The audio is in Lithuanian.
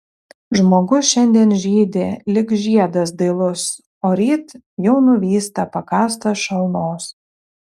žmogus šiandien žydi lyg žiedas dailus o ryt jau nuvysta pakąstas šalnos